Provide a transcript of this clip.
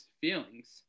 feelings